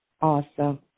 Awesome